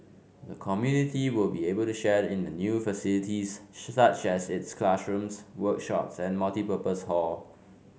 the community will be able to share in the new facilities such as its classrooms workshops and multipurpose hall